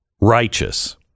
righteous